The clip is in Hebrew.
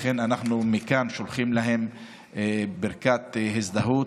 לכן מכאן אנחנו שולחים להם ברכת הזדהות.